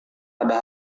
pada